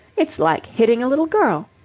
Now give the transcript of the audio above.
it's like hitting a little girl.